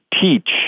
teach